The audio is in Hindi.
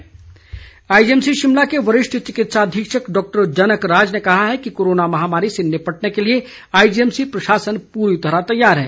जनक राज आईजीएमसी शिमला के वरिष्ठ चिकित्सा अधीक्षक डॉक्टर जनक राज ने कहा है कि कोरोना महामारी से निपटने के लिए आईजीएमसी प्रशासन पूरी तरह तैयार है